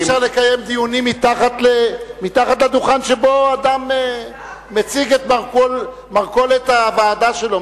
אי-אפשר לקיים דיונים מתחת לדוכן שבו אדם מציג את מרכולת הוועדה שלו.